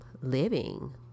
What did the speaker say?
living